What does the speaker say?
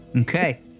Okay